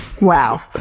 Wow